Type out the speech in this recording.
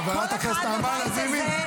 --- (חבר הכנסת גלעד קריב יוצא מאולם המליאה.) חברת הכנסת נעמה לזימי,